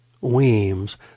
Weems